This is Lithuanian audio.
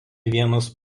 vienas